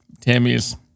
Tammy's